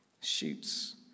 Shoots